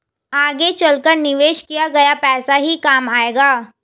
आगे चलकर निवेश किया गया पैसा ही काम आएगा